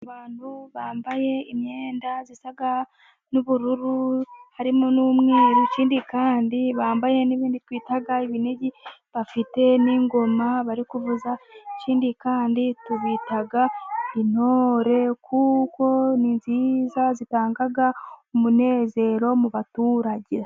Abantu bambaye imyenda zisa n'ubururu harimo n'umweru, ikindi kandi bambaye n'ibindi twita ibinigi, bafite n'ingoma bari kuvuza, ikindi kandi tubita intore kuko ni nziza, zitanga umunezero mu baturage.